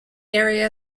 area